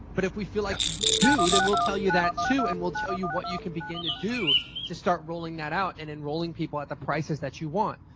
but if we feel like you do then we'll tell you that too and we'll tell you what you can begin to do to start rolling that out and enrolling people at the prices that you want.